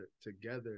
together